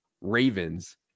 Ravens